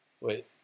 Wait